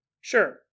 Sure